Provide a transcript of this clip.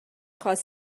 cause